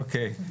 אוקיי.